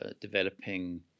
developing